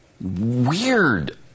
weird